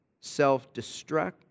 self-destruct